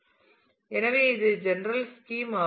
எனவே இது general scheme ஆகும்